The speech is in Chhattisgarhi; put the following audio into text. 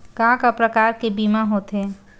का का प्रकार के बीमा होथे?